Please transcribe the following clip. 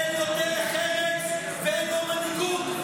אין לו דרך ארץ ואין לו מנהיגות.